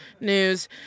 news